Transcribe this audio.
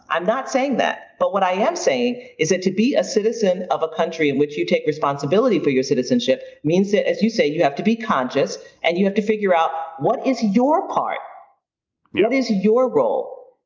i'm not saying that, but what i am saying is that to be a citizen of a country in which you take responsibility for your citizenship means that, as you say, you have to be conscious and you have to figure out what is your part, what what is your role?